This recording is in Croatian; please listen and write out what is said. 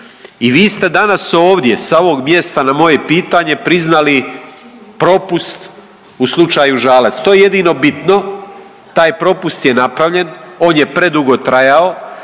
I vi ste danas ovdje sa ovog mjesta na moje pitanje priznali propust u slučaju Žalac, to je jedino bitno taj propust je napravljen, on je predugo trajao